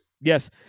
Yes